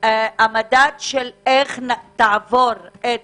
המדד של איך תעבור את